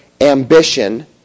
ambition